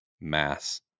mass